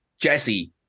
Jesse